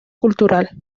cultural